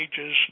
ages